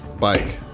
bike